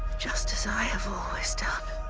just as i have always done.